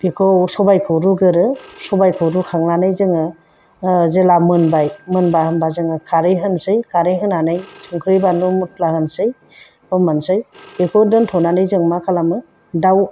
बेखौ सबायखौ रुगोरो सबायखौ रुखांनानै जोङो जेला मोनबाय मोनबा होमबा जोङो खारै होनोसै खारै होनानै संख्रै बानलु मस्ला होनोसै फोमोननोसै बेखौ दोन्थ'नानै जोङो मा खालामो दाउ